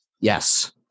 Yes